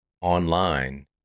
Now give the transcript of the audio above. online